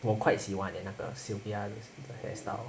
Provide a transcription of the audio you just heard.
我 quite 喜欢 eh 那个 sylvia 的 hairstyle